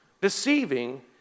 Deceiving